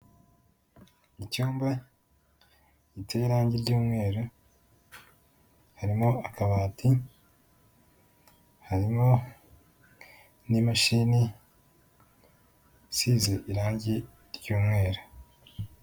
Mu icyumba giteye irangi ry'umweru; harimo akabati, harimo n'imashini isize irangi ry'umweru